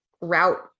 route